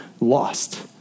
lost